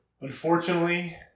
Unfortunately